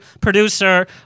producer